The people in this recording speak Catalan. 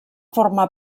forma